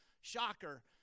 Shocker